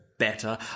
better